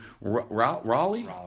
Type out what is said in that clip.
Raleigh